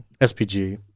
SPG